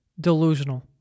delusional